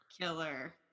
killer